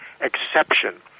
exception